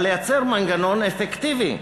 אבל לייצר מנגנון אפקטיבי,